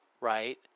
right